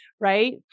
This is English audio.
right